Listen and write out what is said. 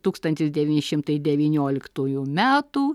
tūkstantis devyni šimtai devynioliktųjų metų